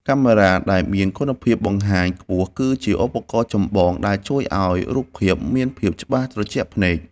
កាមេរ៉ាដែលមានគុណភាពបង្ហាញខ្ពស់គឺជាឧបករណ៍ចម្បងដែលជួយឱ្យរូបភាពមានភាពច្បាស់ត្រជាក់ភ្នែក។